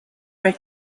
where